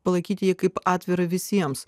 palaikyti jį kaip atvirą visiems